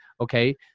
okay